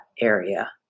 area